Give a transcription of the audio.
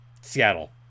Seattle